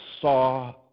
saw